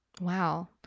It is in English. Wow